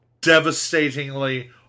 devastatingly